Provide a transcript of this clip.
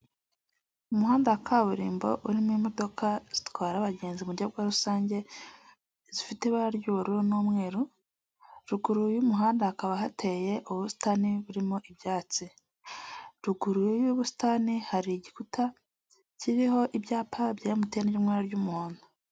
Umuhanda wa kaburimbo urimo imodoka zitwara abagenzi mu buryo bwa rusange, zifite ibara ry'ubururu n'umweru, ruguru y'umuhanda hakaba hateye ubusitani burimo ibyatsi. Ruguru y'ubusitani hari igikuta, kiriho ibyapa bya MTN byo mu ry'umuhondo.